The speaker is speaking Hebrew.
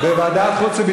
זו לא הסתה.